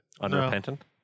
Unrepentant